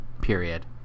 period